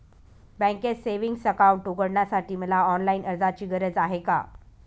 बँकेत savings account उघडण्यासाठी मला ऑनलाईन अर्जाची गरज आहे का?